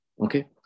Okay